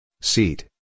Seat